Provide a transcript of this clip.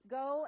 go